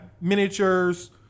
miniatures